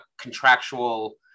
contractual